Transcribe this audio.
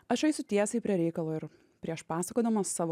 aš eisiu tiesiai prie reikalo ir prieš pasakodama savo